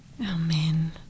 Amen